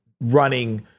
running